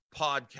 podcast